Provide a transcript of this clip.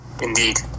Indeed